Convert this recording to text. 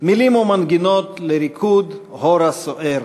מילים ומנגינות לריקוד "הורה" סוער.